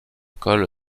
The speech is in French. col